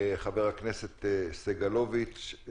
חבר הכנסת סגלוביץ',